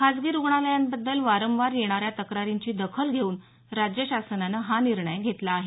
खासगी रुग्णालयांबद्दल वारंवार येणाऱ्या तक्रारींची दखल घेऊन राज्यशासनानं हा निर्णय घेतला आहे